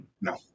No